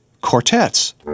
quartets